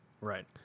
right